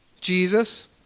Jesus